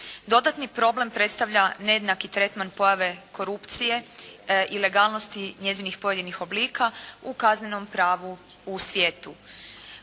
Dodatni problem predstavlja nejednaki tretman pojave korupcije, ilegalnosti njezinih pojedinih oblika u kaznenom pravu u svijetu.